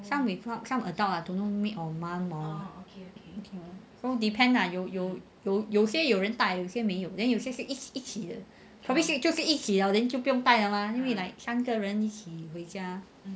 some with what some adult lah I don't know maid or mum or so depend lah 有些有人带有些没有 then 有些是一起的 probably 一起 liao then 就不用带的话 like 三个人一起回家